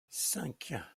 cinq